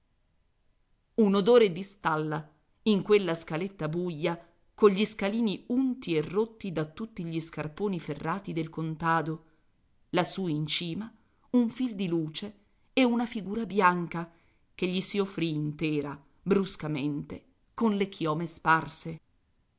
un odore di stalla in quella scaletta buia cogli scalini unti e rotti da tutti gli scarponi ferrati del contado lassù in cima un fil di luce e una figura bianca che gli si offrì intera bruscamente con le chiome sparse